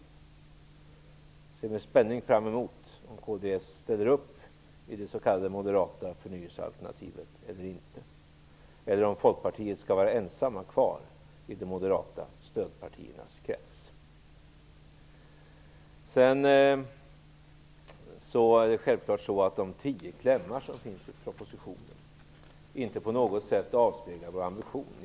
Jag ser med spänning fram emot att se om kds ställer upp i det s.k. moderata förnyelsealternativet eller inte eller om Folkpartiet skall vara ensamt kvar i de moderata stödpartiernas krets. De tio klämmar som finns i propositionen avspeglar självfallet inte vår ambition på något sätt.